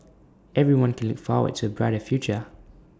everyone can look forward to A brighter future